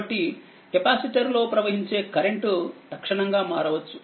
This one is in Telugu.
కాబట్టి కెపాసిటర్ లో ప్రవహించే కరెంట్ తక్షణంగా మారవచ్చు